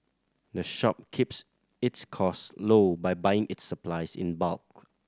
the shop keeps its cost low by buying its supplies in bulk